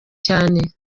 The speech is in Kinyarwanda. cyane